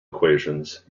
equations